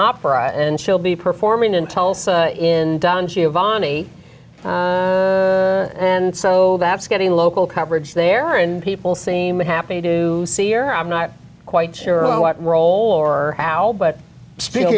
opera and she'll be performing in tulsa in don giovanni and so that's getting local coverage there and people seem happy to see or i'm not quite sure what role or how but s